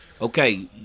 Okay